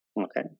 Okay